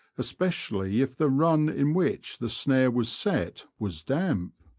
especially if the run in which the snare was set was damp.